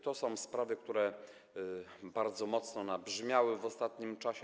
To są sprawy, które bardzo mocno nabrzmiały w ostatnim czasie.